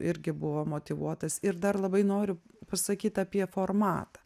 irgi buvo motyvuotas ir dar labai noriu pasakyt apie formatą